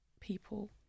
people